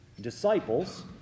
disciples